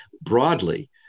broadly